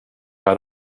out